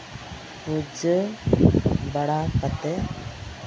ᱯᱩᱡᱟᱹ ᱵᱟᱲᱟ ᱠᱟᱛᱮᱫ